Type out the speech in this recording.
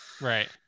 right